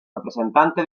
representante